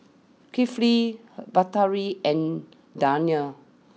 Kifli Batari and Danial